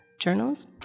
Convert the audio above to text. journals